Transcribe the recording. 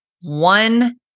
one